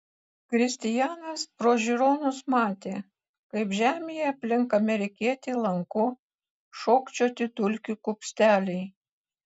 kristijanas pro žiūronus matė kaip žemėje aplink amerikietį lanku ėmė šokčioti dulkių kupsteliai